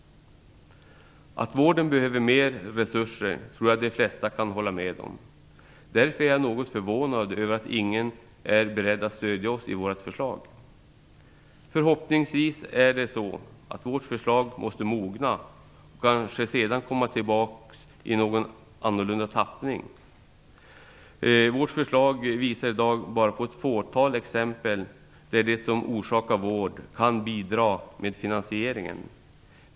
Att vården behöver mer resurser tror jag att de flesta kan hålla med om. Därför är jag något förvånad över att ingen är beredd att stödja oss i vårt förslag. Förhoppningsvis är det så att vårt förslag måste mogna och kanske sedan komma tillbaka i en något annorlunda tappning. Vårt förslag visar i dag bara på ett fåtal exempel där sådant som orsakar vård kan bidra med finansieringen.